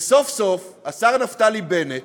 וסוף-סוף השר נפתלי בנט